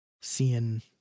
seeing